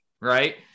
right